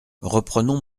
reprenons